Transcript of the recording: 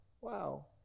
Wow